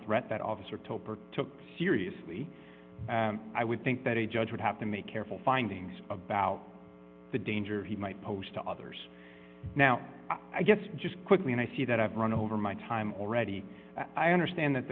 threat that officer toper took seriously i would think that a judge would have to make careful findings about the danger he might pose to others now i guess just quickly and i see that i've run over my time already i understand that